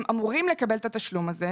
הם אמורים לקבל את התשלום על כך.